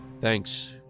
thanks